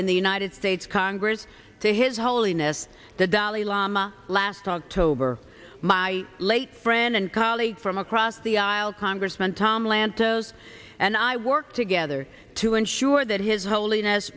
in the united states congress to his holiness the dalai lama last october my late friend and colleague from across the aisle congressman tom lantos and i work together to ensure that his holiness